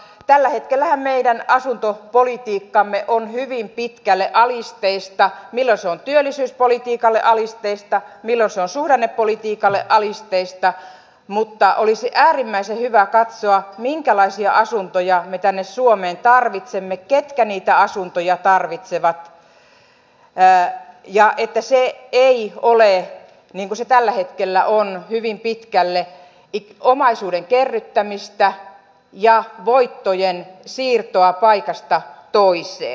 tällä hetkellähän meidän asuntopolitiikkamme on hyvin pitkälle alisteista milloin se on työllisyyspolitiikalle alisteista milloin se on suhdannepolitiikalle alisteista mutta olisi äärimmäisen hyvä katsoa minkälaisia asuntoja me tänne suomeen tarvitsemme ketkä niitä asuntoja tarvitsevat ja että se ei ole niin kuin se tällä hetkellä on hyvin pitkälle omaisuuden kerryttämistä ja voittojen siirtoa paikasta toiseen